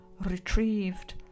retrieved